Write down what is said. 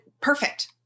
perfect